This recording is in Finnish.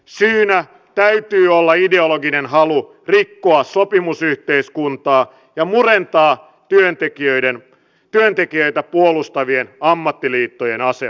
syynä täytyy olla ideologinen halu rikkoa sopimusyhteiskuntaa ja murentaa työntekijöitä puolustavien ammattiliittojen asemaa